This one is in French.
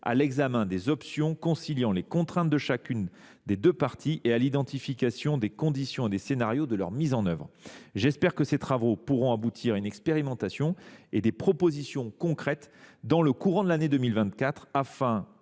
à l’examen des options conciliant les contraintes de chacune des deux parties et à l’identification, le cas échéant, des conditions et des scénarios de leur mise en œuvre. J’espère que ces travaux pourront aboutir à une expérimentation et à des propositions concrètes dans le courant de l’année 2024,